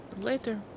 Later